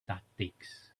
tactics